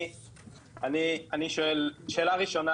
אני שואל, שאלה ראשונה